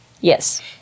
Yes